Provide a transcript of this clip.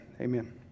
Amen